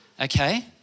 Okay